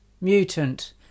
mutant